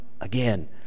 again